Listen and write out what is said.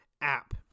app